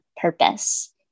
purpose